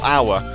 Hour